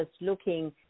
looking